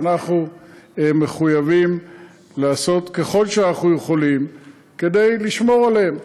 ואנחנו מחויבים לעשות ככל שאנחנו יכולים כדי לשמור עליהם.